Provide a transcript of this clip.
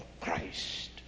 Christ